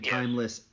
timeless